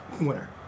winner